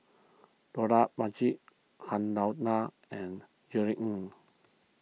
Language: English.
Dollah Majid Han Lao Da and Jerry Ng